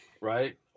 right